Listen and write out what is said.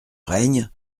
règne